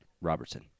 robertson